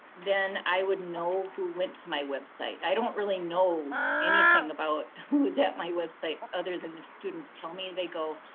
then i would know who went to my website. i don't really know anything about who was at my website other than if students tell me they go.